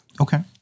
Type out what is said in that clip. okay